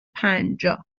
پنجاه